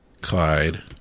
Clyde